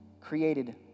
created